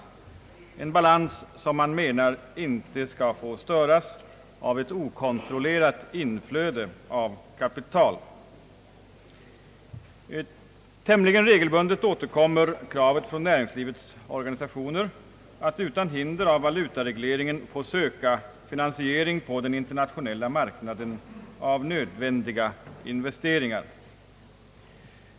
Man menar att denna balans inte skall få störas av ett okontrollerat inflöde av kapital. Tämligen regelbundet återkommer kravet från näringslivets organisationer att man utan hinder av valutaregleringen skall få söka finansiering på den internationella marknaden av nödvändiga investeringar.